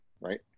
right